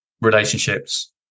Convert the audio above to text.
relationships